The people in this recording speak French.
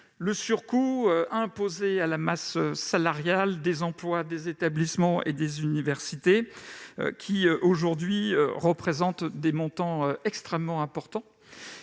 le surcoût imposé à la masse salariale des emplois, des établissements et des universités. Aujourd'hui, cela représente des montants extrêmement importants.